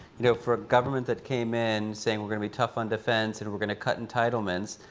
know, for a government that came in saying we're gonna be tough on defense and we're gonna cut entitlements,